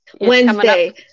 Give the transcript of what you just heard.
Wednesday